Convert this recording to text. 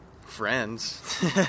friends